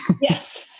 Yes